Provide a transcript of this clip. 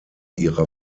ihrer